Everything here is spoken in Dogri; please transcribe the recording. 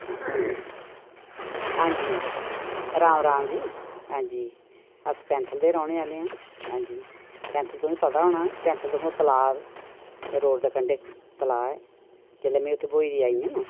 हां जी राम राम जी हां जी अस पैंथल दे रौह्ने आह्लें आं हां जी पैंथल तुसेंगी पता होना पैंथल दिक्खो तला ऐ रोड़ दे कंढै तला ऐ जेल्लै में उत्थैं ब्होई दी आई आं न